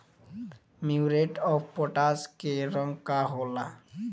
Muriate of potash के रंग का होला?